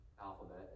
alphabet